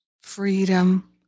freedom